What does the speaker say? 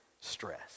stress